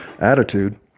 attitude